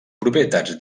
propietats